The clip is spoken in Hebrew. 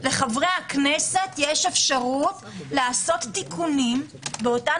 לחברי הכנסת יש אפשרות לשעות תיקונים באותן